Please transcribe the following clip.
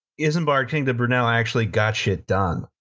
isambard kingdom brunel actually got shit done.